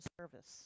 service